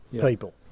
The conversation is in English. people